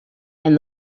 and